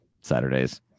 Saturdays